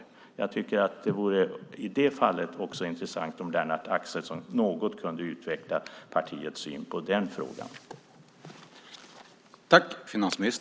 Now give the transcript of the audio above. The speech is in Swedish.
Jag tycker att det i det fallet också vore intressant om Lennart Axelsson kunde utveckla partiets syn på den frågan något.